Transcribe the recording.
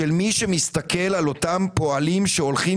של מי שמסתכל על אותם פועלים שהולכים